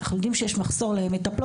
אנחנו יודעים שיש מחסור במטפלות,